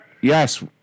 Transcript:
Yes